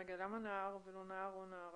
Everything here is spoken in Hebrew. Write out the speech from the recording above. למה נער ולא נער ונערה?